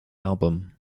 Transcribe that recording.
album